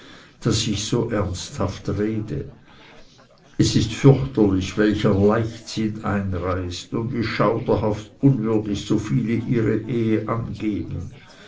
daß ich so ernsthaft werde es ist fürchterlich welcher leichtsinn einreißt und wie schauderhaft unwürdig so viele ihre ehe angeben